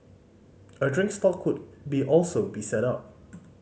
a drink stall could be also be set up